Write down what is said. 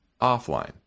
offline